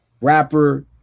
rapper